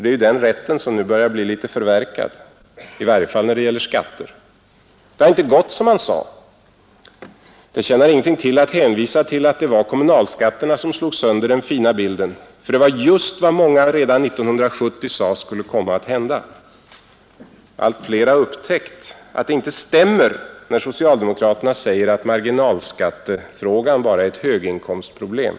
Den rätten börjar nu bli tämligen förverkad. I varje fall när det gäller skatter. Det har inte gått som man sade. Det tjänar inget till att hänvisa till att det var kommunalskatterna som slog sönder den fina bilden — för det var just vad många redan 1970 sade skulle komma att hända. Och allt fler människor har upptäckt att det inte stämmer när socialdemokraterna säger att marginalskattefrågan är ett höginkomstproblem.